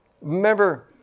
remember